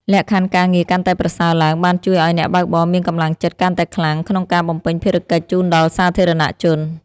លក្ខខណ្ឌការងារកាន់តែប្រសើរឡើងបានជួយឱ្យអ្នកបើកបរមានកម្លាំងចិត្តកាន់តែខ្លាំងក្នុងការបំពេញភារកិច្ចជូនដល់សាធារណជន។